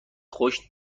خوش